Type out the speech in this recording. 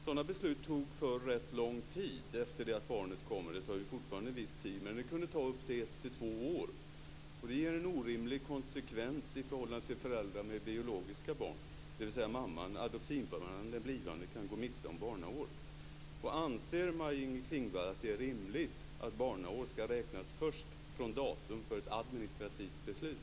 Sådana beslut tog förr rätt lång tid efter det att barnet kommit. Det tar fortfarande viss tid. Det kunde ta ett till två år. Det ger en orimlig konsekvens i förhållande till föräldrar med biologiska barn, dvs. den blivande adoptivmamman kan gå miste om barnår. Anser Maj-Inger Klingvall att det är rimligt att barnår räknas först från datum för ett administrativt beslut?